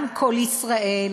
גם "קול ישראל",